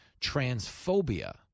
transphobia